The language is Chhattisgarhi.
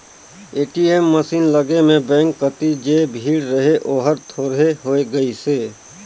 ए.टी.एम मसीन लगे में बेंक कति जे भीड़ रहें ओहर थोरहें होय गईसे